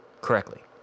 correctly